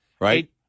Right